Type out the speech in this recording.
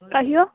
कहियौ